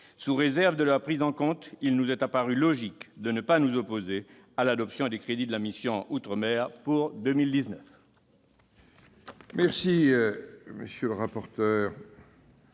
Sous réserve de leur prise en compte, il nous est apparu logique de ne pas nous opposer à l'adoption des crédits de la mission « Outre-mer » pour 2019.